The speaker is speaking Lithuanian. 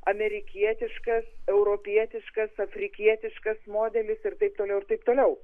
amerikietiškas europietiškas afrikietiškas modelis ir taip toliau ir taip toliau